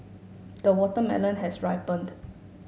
the watermelon has ripened